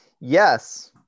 yes